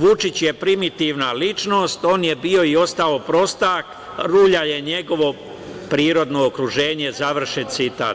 Vučić je primitivna ličnost, on je bio i ostao prostak, rulja je njegovo prirodno okruženje, završen citat.